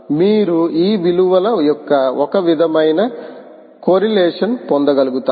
మీరు ఈ విలువల యొక్క ఒక విధమైన కొరిలేషన్ పొందగలుగుతారు